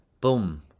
Boom